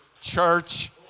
church